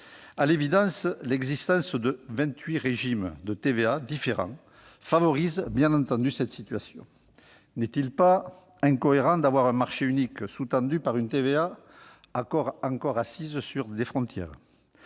À l'évidence, l'existence de vingt-huit régimes de TVA différents favorise bien entendu cette situation. N'est-il pas incohérent d'avoir un marché unique sous-tendu par une TVA encore assise sur des frontières ?